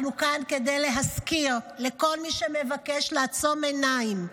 אנחנו כאן כדי להזכיר לכל מי שמבקש לעצום עיניים: